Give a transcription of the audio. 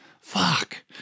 fuck